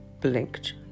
blinked